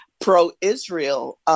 pro-Israel